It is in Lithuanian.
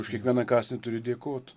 už kiekvieną kąsnį turi dėkot